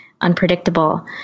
unpredictable